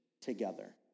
together